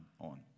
on